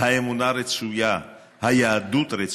האמונה רצויה, היהדות רצויה,